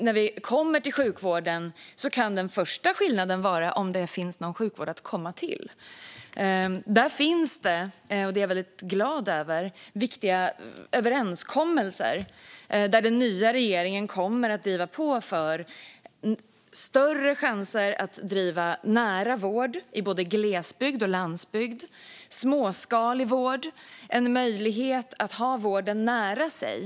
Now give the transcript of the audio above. När vi kommer till sjukvården kan den första skillnaden vara om det finns en sjukvård att komma till. Där finns det viktiga överenskommelser, och det är jag väldigt glad över. Den nya regeringen kommer att driva på för större chanser att bedriva nära vård både i glesbygd och på landsbygd, för småskalig vård och för en möjlighet att ha vården nära sig.